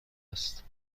است